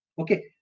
Okay